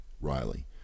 Riley